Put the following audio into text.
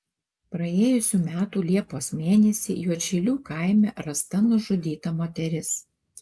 praėjusių metų liepos mėnesį juodšilių kaime rasta nužudyta moteris